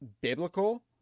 biblical